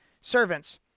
servants